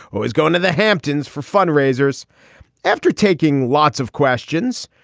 oh, he's going to the hamptons for fundraisers after taking lots of questions.